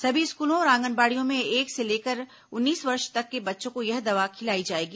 सभी स्कूलों और आंगनबाड़ियों में एक से लेकर उन्नीस वर्ष तक के बच्चों को यह दवा खिलाई जाएगी